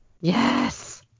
Yes